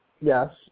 Yes